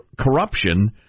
corruption